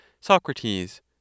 SOCRATES